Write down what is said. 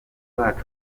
zacu